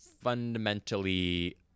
fundamentally